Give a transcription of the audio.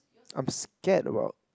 I'm scared about